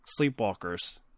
Sleepwalkers